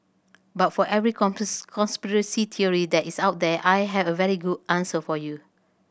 but for every conspiracy that is out there I have a very good answer for you